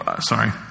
sorry